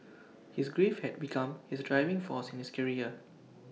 his grief had become his driving force in his career